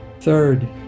third